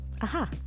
Aha